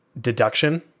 deduction